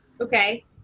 Okay